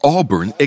Auburn